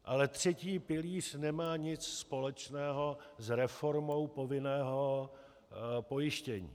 Ale třetí pilíř nemá nic společného s reformou povinného pojištění.